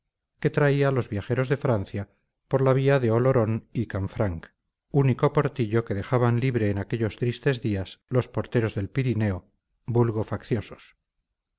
que traía los viajeros de francia por la vía de olorón y canfranc único portillo que dejaban libre en aquellos tristes días los porteros del pirineo vulgo facciosos